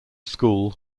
school